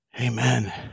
Amen